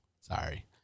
sorry